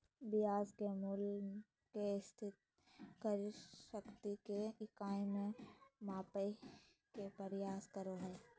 ब्याज के मूल्य के स्थिर क्रय शक्ति के इकाई में मापय के प्रयास करो हइ